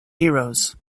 heroes